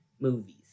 Movies